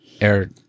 air